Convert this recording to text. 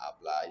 apply